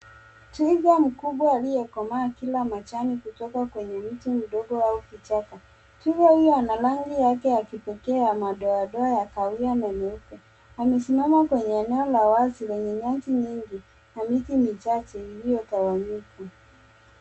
Twiga mkubwa aliye koma akila majani kutoka kwenye mti mdogo wa kichaka. Twiga huyu ana rangi yake ya kipekee ya madodoa ya kahawia na nyeupe ,amesimama kwenye eneo la wazi lenye nyasi nyingi na miti michache iliyotawanyika.